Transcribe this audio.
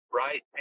right